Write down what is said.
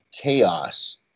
chaos